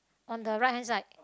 on the right hand side